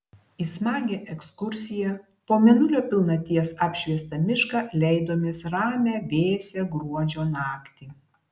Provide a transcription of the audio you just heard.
į smagią ekskursiją po mėnulio pilnaties apšviestą mišką leidomės ramią vėsią gruodžio naktį